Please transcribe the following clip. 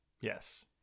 Yes